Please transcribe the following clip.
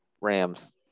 Rams